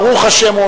ברוך השם,